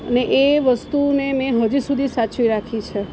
ને એ વસ્તુને મેં હજી સુધી સાચવી રાખી છે